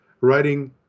writing